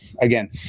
again